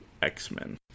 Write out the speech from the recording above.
x-men